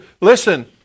listen